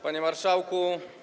Panie Marszałku!